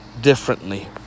differently